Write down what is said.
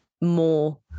more